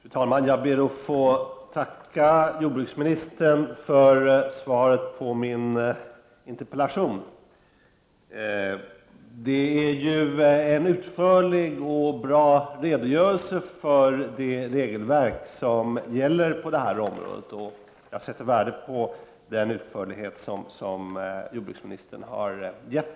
Fru talman! Jag ber att få tacka jordbruksministern för svaret på min interpellation. Jordbruksministern lämnar i svaret en utförlig och bra redogörelse för det regelverk som gäller på det här området, och jag sätter värde på den utförligheten.